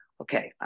okay